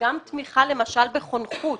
גם תמיכה למשל בחונכות,